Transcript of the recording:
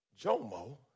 Jomo